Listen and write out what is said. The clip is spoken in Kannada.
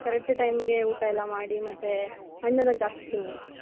ಕರೆಕ್ಟ್ ಟೈಮಿಗೆ ಊಟ ಎಲ್ಲ ಮಾಡಿ ಮತ್ತೆ ಹಣ್ಣೆಲ್ಲ ಜಾಸ್ತಿ ತಿನ್ನಿ